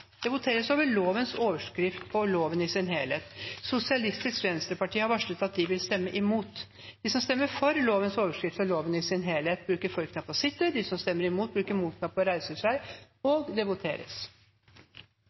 Det voteres over lovens overskrift og loven i sin helhet. Senterpartiet og Rødt har varslet at de vil stemme imot. Lovvedtaket vil bli ført opp til andre gangs behandling i et senere møte i Stortinget. Det voteres over lovens overskrift og loven i sin helhet.